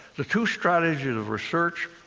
the two strategies of research,